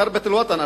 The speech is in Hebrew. ח'רבת אל-וטן,